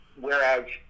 Whereas